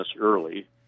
early